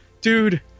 Dude